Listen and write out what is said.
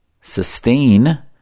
sustain